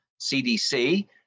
CDC